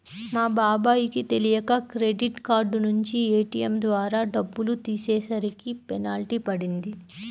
మా బాబాయ్ కి తెలియక క్రెడిట్ కార్డు నుంచి ఏ.టీ.యం ద్వారా డబ్బులు తీసేసరికి పెనాల్టీ పడింది